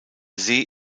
see